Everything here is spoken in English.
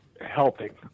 helping